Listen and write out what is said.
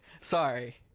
sorry